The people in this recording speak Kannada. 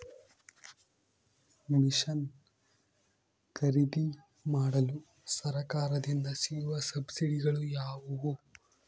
ಮಿಷನ್ ಖರೇದಿಮಾಡಲು ಸರಕಾರದಿಂದ ಸಿಗುವ ಸಬ್ಸಿಡಿಗಳು ಯಾವುವು?